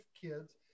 kids